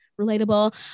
relatable